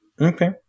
Okay